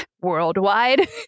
worldwide